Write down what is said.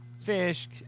fish